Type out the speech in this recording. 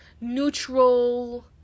neutral